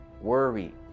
worry